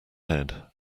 head